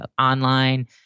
online